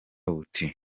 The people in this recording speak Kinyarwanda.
buti